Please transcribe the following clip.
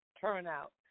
turnout